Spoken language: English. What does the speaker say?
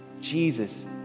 Jesus